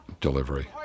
delivery